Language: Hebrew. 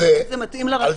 לכן זה מתאים לרציונל.